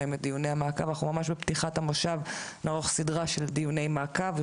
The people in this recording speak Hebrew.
ממש בפתיחת המושב נערוך סדרה של דיוני מעקב.